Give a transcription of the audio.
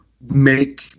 make